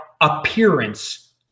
appearance